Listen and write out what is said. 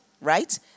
right